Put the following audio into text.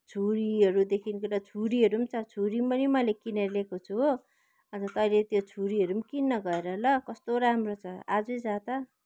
छुरीहरूदेखि लिएर छुरीहरू पनि छ छुरीहरू पनि मैले किनेर ल्याएको छु अन्त तैँले त्यो छुरीहरू पनि किन् न गएर ल कस्तो राम्रो छ आजै जा त